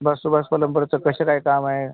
बस Subhash plumber कसं काय काम आहे